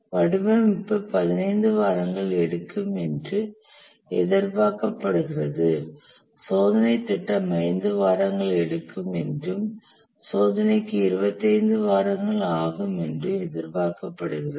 வடிவமைப்பு 15 வாரங்கள் எடுக்கும் என்று எதிர்பார்க்கப்படுகிறது சோதனைத் திட்டம் 5 வாரங்கள் எடுக்கும் என்றும் சோதனைக்கு 25 வாரங்கள் ஆகும் என்றும் எதிர்பார்க்கப்படுகிறது